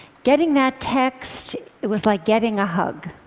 getting that text was like getting a hug.